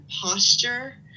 posture